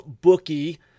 Bookie